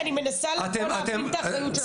אני מנסה לקרוא ולהבין את האחריות שלכם.